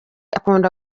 akunda